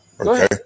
okay